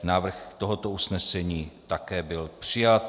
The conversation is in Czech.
Návrh tohoto usnesení také byl přijat.